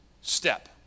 step